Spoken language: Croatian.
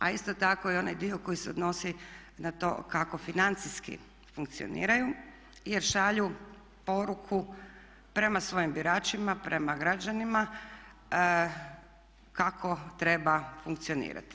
A isto tako i onaj dio koji se odnosi na to kako financijski funkcioniraju jer šalju poruku prema svojim biračima, prema građanima kako treba funkcionirati.